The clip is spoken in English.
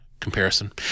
comparison